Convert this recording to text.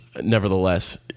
nevertheless